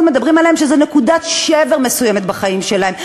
מדברים עליהן שהן נקודות שבר מסוימות בחיים שלהם,